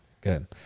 good